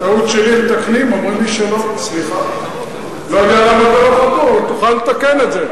מתקנים, לא יודע למה, אבל תוכל לתקן את זה.